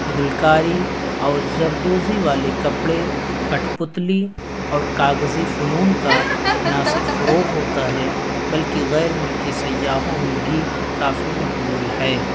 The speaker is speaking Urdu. گلکاری اور زردوزی والے کپڑے کٹھپتلی اور کاغذی فنون کا نہ صرف فروغ ہوتا ہے بلکہ غیرملکی سیاحوں میں بھی کافی مقبول ہے